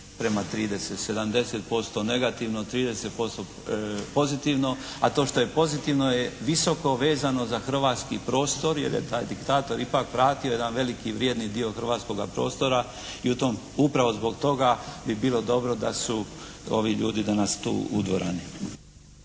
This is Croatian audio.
70% negativno, 30% pozitivno. A to što je pozitivno je visoko vezano za hrvatski prostor, jer je taj diktator ipak vratio jedan veliki vrijedni dio hrvatskoga prostora i upravo zbog toga bi bilo dobro da su ovi ljudi danas tu u dvorani.